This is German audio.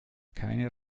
keine